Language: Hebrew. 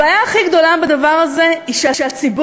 הבעיה הכי הגדולה בדבר הזה היא שהציבור